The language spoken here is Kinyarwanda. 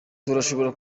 turashobora